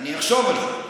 אני אחשוב על זה.